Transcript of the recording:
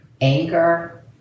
anger